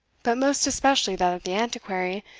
but most especially that of the antiquary,